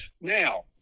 Now